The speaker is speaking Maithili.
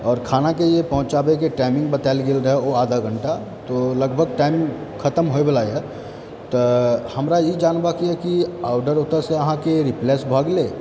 और खानाके पहुँचाबैके जे टाइमिंग बताएल गेल रहऽ ओ आधा घण्टा तऽ लगभग टाइम तम होइ वला यऽ तऽ हमरा ई जानबाक यऽ की आर्डर ओतएसँ अहाँकेँ रिप्लेस भए गेलै